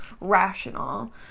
rational